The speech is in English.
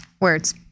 Words